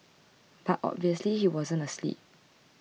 but obviously he wasn't asleep